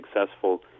successful